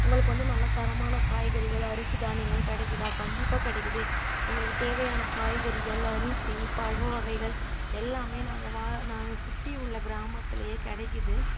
உங்களுக்கு வந்து நல்லா தரமான காய்கறிகள் அரிசி தானியங்கள் கிடைக்குதா கண்டிப்பாக கிடைக்குது எங்களுக்கு தேவையான காய்கறிகள் அரிசி பழ வகைகள் எல்லாமே நாங்கள் வா நாங்க சுற்றி உள்ள கிராமத்துலையே கிடக்கிது